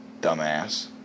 dumbass